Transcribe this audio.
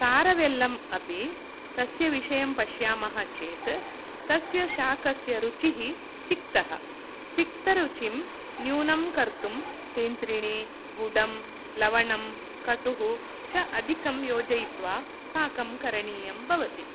कारवेल्लम् अपि तस्य विषयं पश्यामः चेत् तस्याः शाकायाः रुचिः तिक्तः तिक्तरुचिं न्यूनं कर्तुं तिन्त्रिणी गुडं लवणं कटुः च अधिकं योजयित्वा पाकं करणीयं भवति